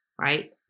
right